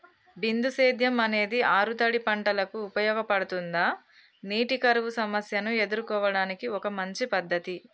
బిందు సేద్యం అనేది ఆరుతడి పంటలకు ఉపయోగపడుతుందా నీటి కరువు సమస్యను ఎదుర్కోవడానికి ఒక మంచి పద్ధతి?